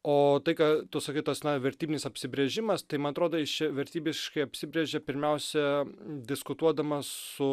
o tai ką tu sakai tas na vertybinis apsibrėžimas tai man atrodo jis čia vertybiškai apsibrėžia pirmiausia diskutuodamas su